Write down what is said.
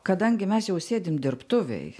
kadangi mes jau sėdim dirbtuvėj